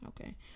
okay